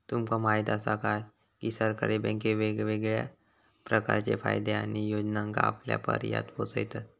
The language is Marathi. तुमका म्हायत आसा काय, की सरकारी बँके वेगवेगळ्या प्रकारचे फायदे आणि योजनांका आपल्यापर्यात पोचयतत